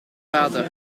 vader